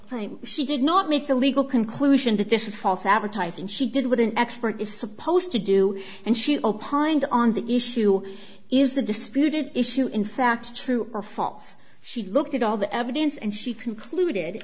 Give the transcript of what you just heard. time she did not meet the legal conclusion that this is false advertising she did with an expert is supposed to do and she opined on the issue is the disputed issue in fact true or false she looked at all the evidence and she concluded